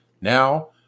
Now